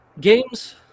Games